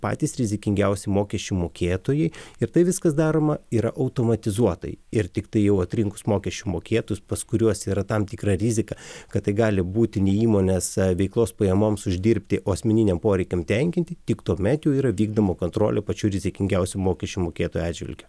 patys rizikingiausi mokesčių mokėtojai ir tai viskas daroma yra automatizuotai ir tiktai jau atrinkus mokesčių mokėtojus pas kuriuos yra tam tikra rizika kad tai gali būti ne įmonės veiklos pajamoms uždirbti o asmeniniam poreikiam tenkinti tik tuomet jau yra vykdoma kontrolė pačių rizikingiausių mokesčių mokėtojų atžvilgiu